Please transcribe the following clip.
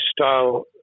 style